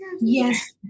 yes